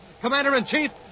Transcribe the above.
Commander-in-Chief